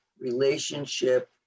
relationship